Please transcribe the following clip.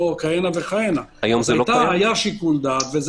היה שיקול דעת.